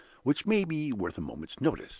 which may be worth a moment's notice.